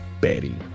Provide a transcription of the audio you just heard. Betty